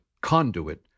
conduit